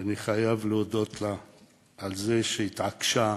ואני חייב להודות לה על זה שהתעקשה,